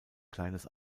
kleines